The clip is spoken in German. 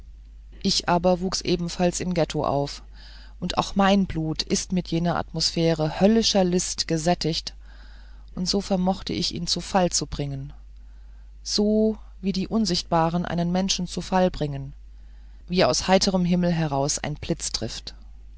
ich aber wuchs ebenfalls im ghetto auf und auch mein blut ist mit jener atmosphäre höllischer list gesättigt und so vermochte ich ihn zu fall zu bringen so wie die unsichtbaren einen menschen zu fall bringen wie aus heiterm himmel heraus ein blitz trifft